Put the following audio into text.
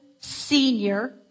senior